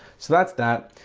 so that's that,